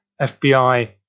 FBI